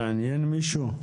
זה עניין מישהו?